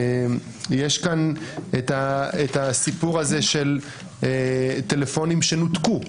יש כאן את הסיפור הזה של טלפונים שנותקו,